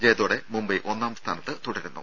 ജയത്തോടെ മുംബൈ ഒന്നാംസ്ഥാനത്ത് തുടരുന്നു